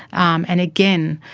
um and again,